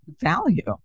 value